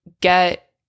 get